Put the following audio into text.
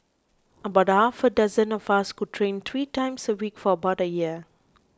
about half a dozen of us would train three times a week for about a year